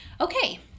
Okay